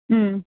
ம்